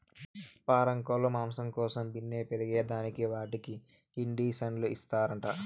పారం కోల్లు మాంసం కోసం బిన్నే పెరగేదానికి వాటికి ఇండీసన్లు ఇస్తారంట